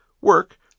work